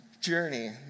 journey